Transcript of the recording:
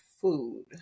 food